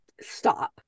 stop